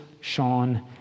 Sean